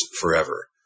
forever